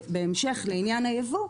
בהמשך לעניין הייבוא,